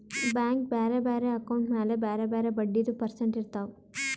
bank ಬ್ಯಾರೆ ಬ್ಯಾರೆ account ಮ್ಯಾಲ ಬ್ಯಾರೆ ಬ್ಯಾರೆ ಬಡ್ಡಿದು ಪರ್ಸೆಂಟ್ ಇರ್ತಾವ್